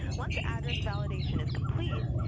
once address validation is complete,